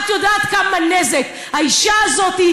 את יודעת כמה נזק האישה הזאת,